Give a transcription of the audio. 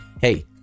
hey